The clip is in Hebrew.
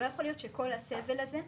לא יכולתי ללכת אפילו בבית.